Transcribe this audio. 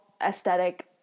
aesthetic